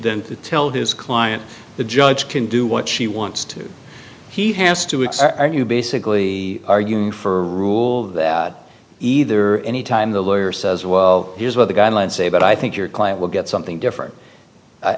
to tell his client the judge can do what she wants to he has to accept are you basically arguing for a rule that either anytime the lawyer says well here's what the guidelines say but i think your client will get something different i